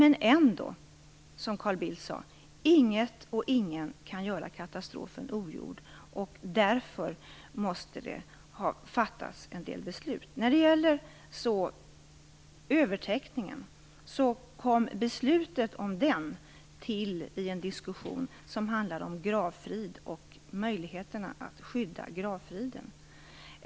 Men ändå kan inget och ingen, som Carl Bildt sade, göra katastrofen ogjord. Därför måste en del beslut fattas. Beslutet om övertäckningen kom till i en diskussion som handlade om gravfrid och möjligheterna att skydda gravfriden.